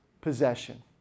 possession